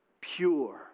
pure